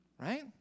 Right